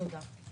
תודה.